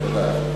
תודה,